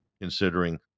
considering